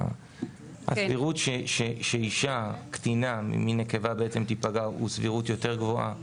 רואים שהסבירות שקטינה ממין נקבה תיפגע היא גבוהה יותר.